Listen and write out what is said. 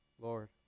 Lord